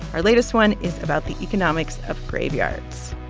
our latest one is about the economics of graveyards.